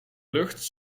lucht